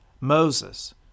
Moses